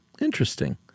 Interesting